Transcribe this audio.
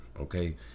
Okay